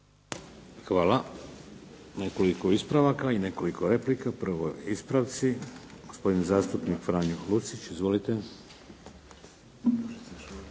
Hvala. Nekoliko ispravaka i nekoliko replika. Prvo ispravci. Gospodin zastupnik Franjo Lucić. Izvolite. **Lucić,